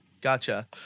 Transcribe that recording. Gotcha